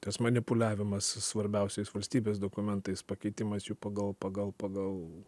tas manipuliavimas svarbiausiais valstybės dokumentais pakeitimas jų pagal pagal pagal